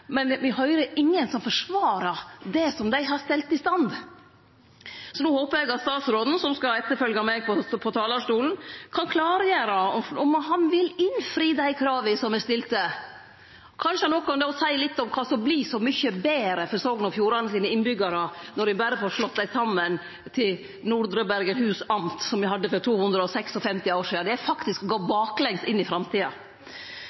Men me høyrer ingen som forsvarar det som dei har stelt i stand. No håpar eg at statsråden, som skal etterfølgje meg på talarstolen, kan klargjere om han vil innfri dei krava som er stilte. Kanskje han då kan seie noko om kva det er som vert så mykje betre for Sogn og Fjordane sine innbyggjarar når ein berre får slått dei saman til Nordre Bergenhus amt, som me hadde for 256 år sidan. Det er faktisk